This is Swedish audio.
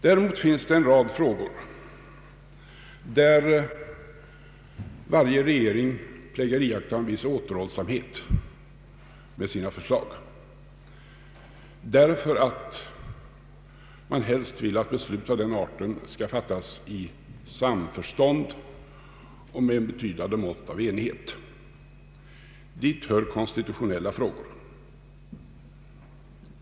Däremot finns det en rad frågor där varje regering plägar iaktta en viss återhållsamhet med sina förslag därför att man helst vill att beslut av den arten skall fattas i samförstånd och med ett betydande mått av enighet. Dit hör exempelvis konstitutionella frågor.